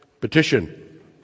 petition